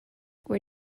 where